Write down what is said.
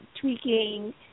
tweaking